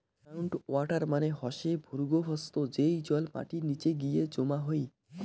ground water মানে হসে ভূর্গভস্থ, যেই জল মাটির নিচে গিয়ে জমা হই